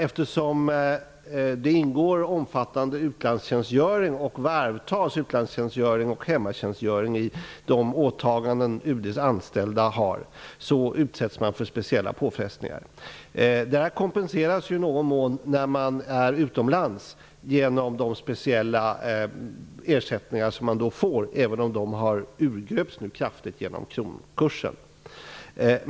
Eftersom det ingår omfattande utlandstjänstgöring och varvad utlands och hemmatjänstgöring i de åtaganden som UD:s anställda har utsätts de för speciella påfrestningar. Detta kompenseras i någon mån vid utlandstjänstgöring genom de speciella ersättningar som då utgår, även om de nu kraftigt har urgröpts genom kronkursens fall.